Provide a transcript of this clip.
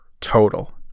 total